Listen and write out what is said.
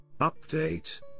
Update